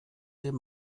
dem